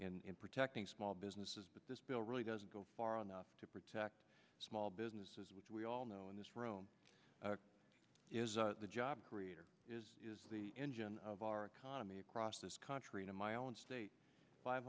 in protecting small businesses but this bill really doesn't go far enough to protect small businesses which we all know in this room is the job creator is the engine of our economy across this country in my own state five